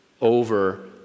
over